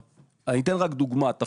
ואני אתן דוגמה לנושא הזה.